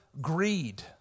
greed